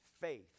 faith